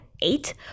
eight